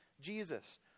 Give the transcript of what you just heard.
Jesus